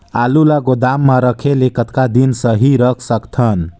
आलू ल गोदाम म रखे ले कतका दिन सही रख सकथन?